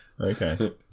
Okay